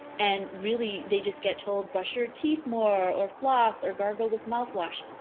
and really, they just get told brush your teeth more or floss or gargle with mouthwash.